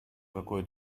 какое